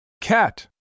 Cat